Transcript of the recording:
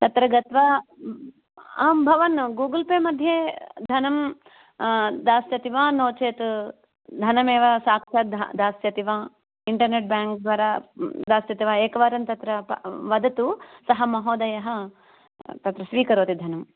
तत्र गत्वा अम् आं भवान् गुगल् पे मध्ये धनम् दास्यति वा नो चेत् धनम् एव साक्षात् दा दास्यति वा इण्टर्नेट् बेङ्क् द्वारा दास्यति वा एकवारं तत्र वदतु सः महोदयः तत्र स्वीकरोति धनम्